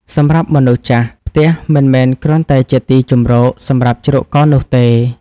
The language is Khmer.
សម្រាប់មនុស្សចាស់ ផ្ទះមិនមែនគ្រាន់តែជាទីជម្រកសម្រាប់ជ្រកកោននោះទេ។